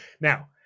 Now